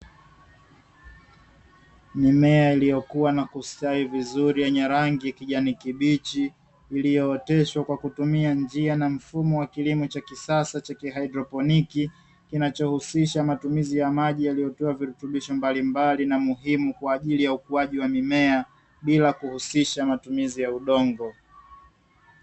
Mimea iliyokua na kustawi vizuri yenye rangi ya kijani kibichi iliyooteshwa kwa kutumia njia na mfumo wa kilimo cha kisasa cha kihydroponiki, kinachohusisha matumizi ya maji yaliyowekewa virutubisho mbalimbali na muhimu kwa ajili ya ukuaji wa mimea bila kuhusisha matumizi ya udongo.